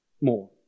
more